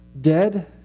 dead